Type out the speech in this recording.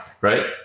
right